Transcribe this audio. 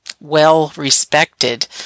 well-respected